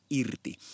irti